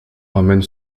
emmène